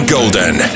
Golden